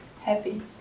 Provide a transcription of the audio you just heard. Happy